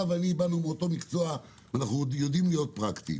אתה ואני באנו מאותו מקצוע ואנחנו יודעים להיות פרקטיים.